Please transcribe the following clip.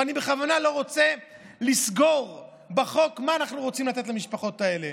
ואני בכוונה לא רוצה לסגור בחוק מה אנחנו רוצים לתת למשפחות האלה.